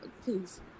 please